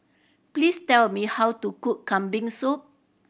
please tell me how to cook Kambing Soup